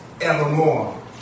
evermore